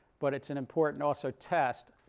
but it's an important, also, test.